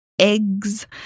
eggs